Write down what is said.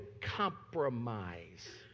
compromise